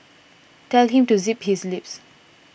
tell him to zip his lips